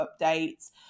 updates